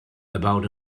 about